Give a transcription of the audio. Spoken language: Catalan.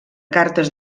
cartes